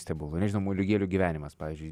stebuklų nežinau moliūgėlių gyvenimas pavyzdžiui